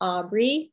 Aubrey